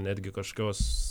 netgi kažkokios